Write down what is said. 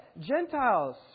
Gentiles